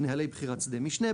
נהלי בחירת שדה משנה,